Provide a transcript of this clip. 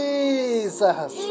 Jesus